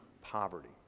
poverty